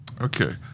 Okay